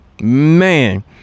Man